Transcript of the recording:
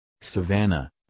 savannah